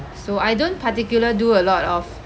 so I don't particular do a lot of